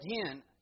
Again